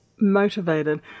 motivated